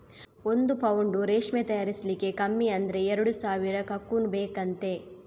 ಒಂದು ಪೌಂಡು ರೇಷ್ಮೆ ತಯಾರಿಸ್ಲಿಕ್ಕೆ ಕಮ್ಮಿ ಅಂದ್ರೆ ಎರಡು ಸಾವಿರ ಕಕೂನ್ ಬೇಕಂತೆ